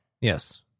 Yes